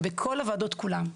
בכל הוועדות כולן,